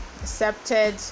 accepted